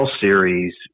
series